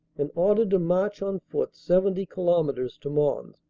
and ordered to march on foot seventy kilometres to mons.